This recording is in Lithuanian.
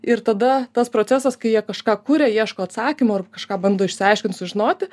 ir tada tas procesas kai jie kažką kuria ieško atsakymo ir kažką bando išsiaiškint sužinoti